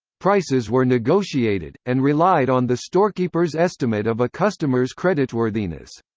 prices were negotiated, and relied on the storekeeper's estimate of a customer's creditworthiness.